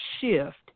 shift